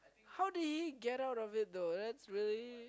how did he get out of it though that's very